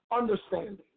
understanding